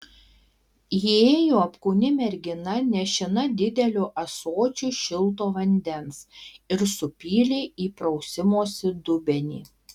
įėjo apkūni mergina nešina dideliu ąsočiu šilto vandens ir supylė į prausimosi dubenį